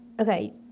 Okay